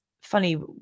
funny